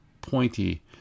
pointy